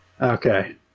okay